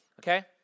Okay